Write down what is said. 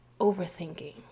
overthinking